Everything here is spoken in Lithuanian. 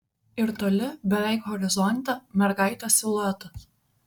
ir toli beveik horizonte mergaitės siluetas